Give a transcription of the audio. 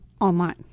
online